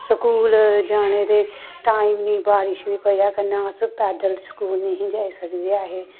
school जाने दे time निं बारश निं पेई जाऽ कन्नै अस पैदल स्कूल नेईं हे जाई सकदे ऐ हे